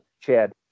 Chad